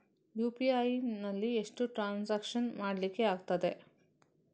UPI ನಲ್ಲಿ ಎಷ್ಟು transaction ಮಾಡ್ಲಿಕ್ಕೆ ಆಗ್ತದೆ?